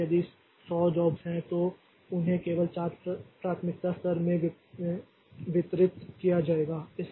इसलिए यदि 100 जॉब्स हैं तो उन्हें केवल 4 प्राथमिकता स्तरों में वितरित किया जाएगा